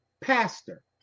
pastor